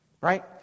Right